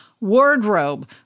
Wardrobe